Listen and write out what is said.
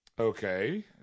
Okay